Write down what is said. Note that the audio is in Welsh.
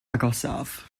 agosaf